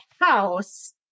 house